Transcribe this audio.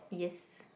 yes